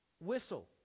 Whistle